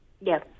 Yes